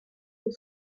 pour